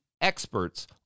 experts